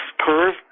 curve